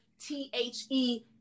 T-H-E